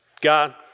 God